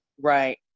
Right